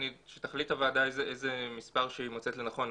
שתחליט הוועדה איזה מספר שהיא מוצאת לנכון,